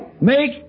make